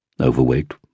overweight